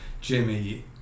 Jimmy